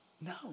No